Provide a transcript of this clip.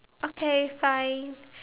okay fine